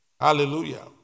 Hallelujah